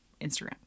instagram